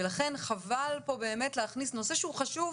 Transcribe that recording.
ולכן חבל להכניס לפה נושא שהוא חשוב,